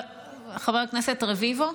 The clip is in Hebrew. חבר הכנסת רביבו,